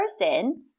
person